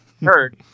hurt